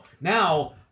Now